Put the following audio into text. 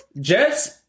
Jets